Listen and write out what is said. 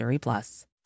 Plus